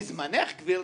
בזמנך, גברתי.